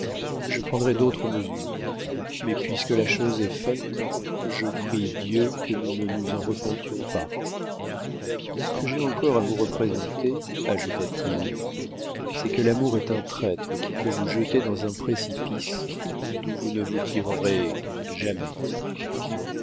je prendrais d'autres mesures mais puisque la chose est faite je prie dieu que nous ne nous en repentions pas ce que j'ai encore à vous représenter ajouta-t-il c'est que l'amour est un traître qui peut vous jeter dans un précipice d'oû vous ne vous tirerez jamais